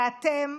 ואתם,